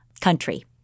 country